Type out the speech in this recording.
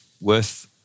worth